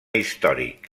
històric